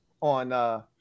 on –